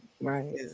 Right